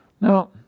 Now